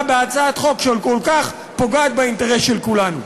בהצעת חוק שכל כך פוגעת באינטרס של כולנו.